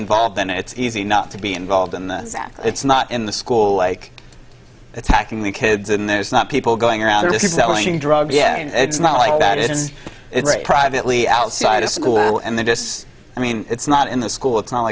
involved then it's easy not to be involved in the it's not in the school like attacking the kids and there's not people going around this is the drug yeah it's not like that is it privately outside of school and they just i mean it's not in the school it's not